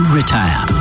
retire